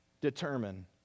determine